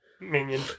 Minion